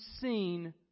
seen